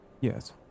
Yes